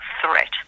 threat